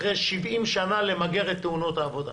אחרי 70 שנים למגר את תאונות העבודה.